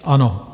Ano.